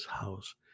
house